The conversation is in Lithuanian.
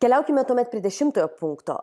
keliaukime tuomet prie dešimtojo punkto